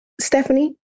Stephanie